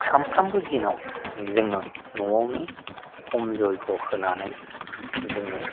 सामफ्रोमबो दिनाव जोङो न'आवनो हम जैग' होनानै जोङो